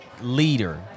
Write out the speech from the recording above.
leader